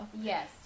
Yes